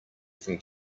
from